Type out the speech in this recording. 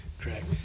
correct